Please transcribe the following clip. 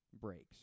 breaks